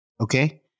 okay